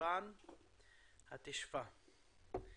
בחשוון התשפ"א.